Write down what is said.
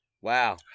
Wow